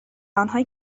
آنهایی